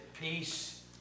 Peace